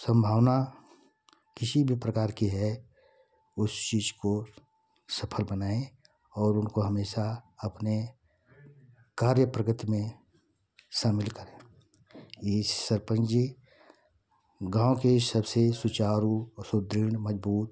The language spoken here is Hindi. संभावना किसी भी प्रकार की है उस चीज़ को सफल बनाएँ और उनको हमेशा अपने कार्य प्रगति में शामिल करें ये सरपंच जी गाँव के सबसे सुचारू सुदृड़ मज़बूत